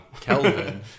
Kelvin